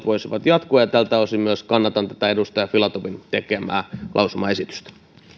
voisivat jatkua ja tältä osin kannatan myös edustaja filatovin tekemää lausumaesitystä